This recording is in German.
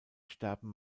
sterben